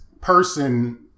person